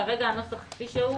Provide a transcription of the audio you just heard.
כרגע הנוסח כפי שהוא,